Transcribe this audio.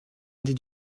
did